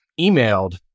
emailed